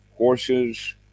Horses